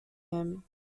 him